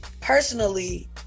personally